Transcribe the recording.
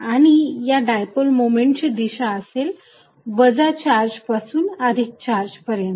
आणि या डायपोल मोमेंटची दिशा असेल वजा चार्ज पासून अधिक चार्ज पर्यंत